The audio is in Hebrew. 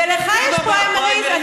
ולך יש פריימריז.